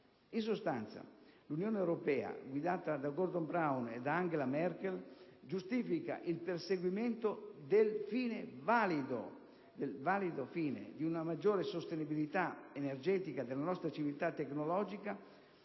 In sostanza, l'Unione europea guidata da Gordon Brown e Angela Merkel giustifica il perseguimento del valido fine di una maggiore sostenibilità energetica della nostra civiltà tecnologica